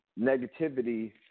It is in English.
negativity